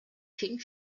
king